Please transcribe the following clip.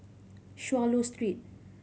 Swallow Street